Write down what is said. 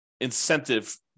incentive